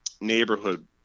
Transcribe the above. neighborhood